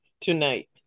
tonight